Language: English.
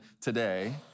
today